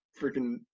freaking